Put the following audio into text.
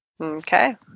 okay